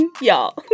y'all